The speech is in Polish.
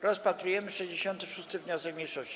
Rozpatrujemy 66. wniosek mniejszości.